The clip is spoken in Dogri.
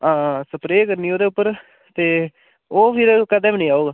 हां हां सप्रे करनी ओह्दे उप्पर ते ओ फ्ही कदें बी निं औग